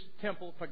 temple